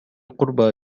قرب